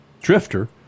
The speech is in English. drifter